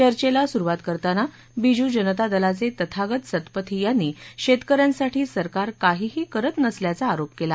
चर्चेला सुरुवात करताना बिजू जनता दलाचे तथागत सत्पथी यांनी शेतकऱ्यांसाठी सरकार काहीही करत नसल्याचा आरोप केला